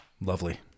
Lovely